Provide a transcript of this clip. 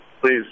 please